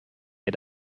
ihr